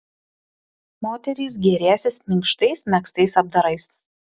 moterys gėrėsis minkštais megztais apdarais